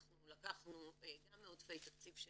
אנחנו לקחנו גם מעודפי תקציב של